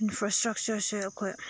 ꯏꯟꯐ꯭ꯔꯏꯁꯇ꯭ꯔꯛꯆꯔꯁꯦ ꯑꯩꯈꯣꯏ